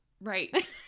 right